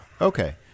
Okay